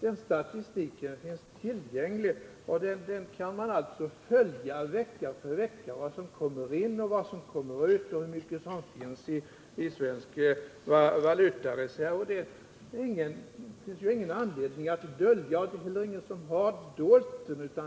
Den statistiken finns tillgänglig. Man kan alltså följa vecka för vecka vad som kommer in och vad som går ut och hur mycket som finns i svensk valutareserv. Det finns ingen anledning att dölja detta, och ingen har heller gjort det.